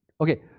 Okay